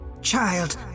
Child